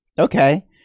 okay